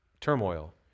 turmoil